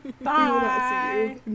bye